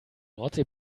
nordsee